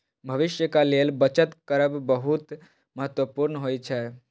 भविष्यक लेल बचत करब बहुत महत्वपूर्ण होइ छै